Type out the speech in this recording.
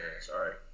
sorry